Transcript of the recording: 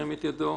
ירים את ידו?